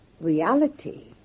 reality